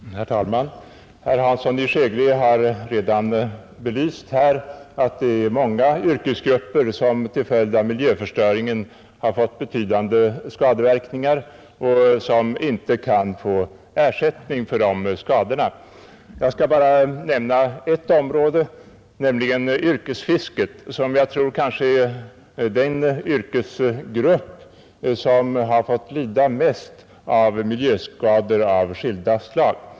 Herr talman! Herr Hansson i Skegrie har redan belyst att det är många yrkesgrupper som till följd av miljöförstöringen fått vidkännas betydande skadeverkningar och som inte kan få ersättning för dessa skador. Jag skall bara nämna ett område, nämligen yrkesfisket, som jag tror är den yrkesgrupp som fått lida mest av miljöskador av skilda slag.